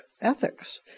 ethics